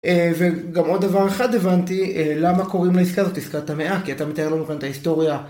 וגם עוד דבר אחד הבנתי, למה קוראים לעסקה זאת עסקת המאה? כי אתה מתאר לנו כאן את ההיסטוריה.